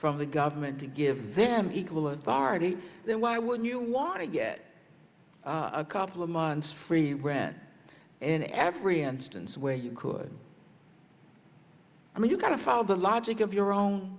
from the government to give them equal authority then why would you want to get a couple of months free rent in every instance where you could i mean you kind of follow the logic of your own